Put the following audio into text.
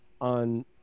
on